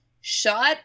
shot